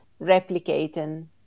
replicating